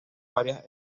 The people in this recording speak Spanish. varias